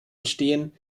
entstehen